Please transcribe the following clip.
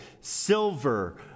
silver